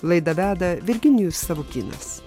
laidą veda virginijus savukynas